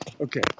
Okay